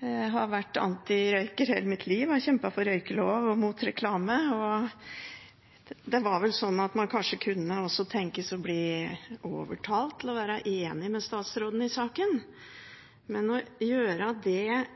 Jeg har vært antirøyker hele mitt liv og har kjempet for røykelov og mot reklame, og det var vel sånn at man kanskje kunne tenkes å bli overtalt til å være enig med statsråden i saken. Men å gjøre det